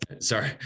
Sorry